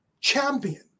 champion